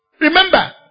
Remember